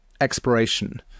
exploration